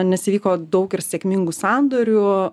nes įvyko daug ir sėkmingų sandorių